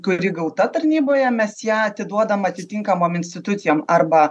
kuri gauta tarnyboje mes ją atiduodam atitinkamom institucijom arba